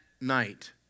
night